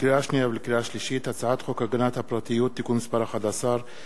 לקריאה שנייה ולקריאה שלישית: הצעת חוק הגנת הפרטיות (תיקון מס' 11),